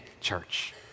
church